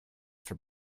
for